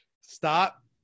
stop